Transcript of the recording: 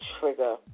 trigger